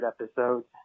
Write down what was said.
episodes